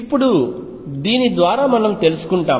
ఇప్పుడు దీని ద్వారా మనం తెలుసుకుంటాం